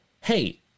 hey